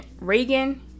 Reagan